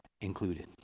included